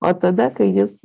o tada kai jis